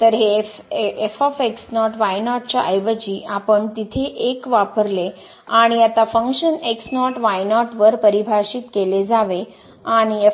तर हे च्या ऐवजी आपण तिथे 1 वापरले आणि आता फंक्शन x0 y0 वर परिभाषित केले जावे आणि